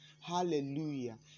Hallelujah